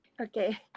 Okay